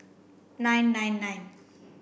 nine nine nine